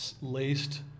laced